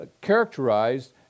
characterized